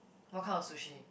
what kind of sushi